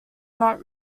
not